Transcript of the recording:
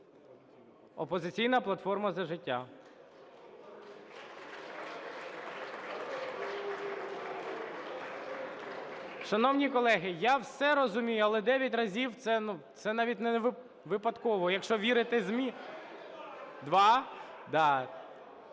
"Опозиційна платформа - За життя". Шановні колеги, я все розумію, але 9 разів – це навіть не випадково, якщо вірити ЗМІ… Два?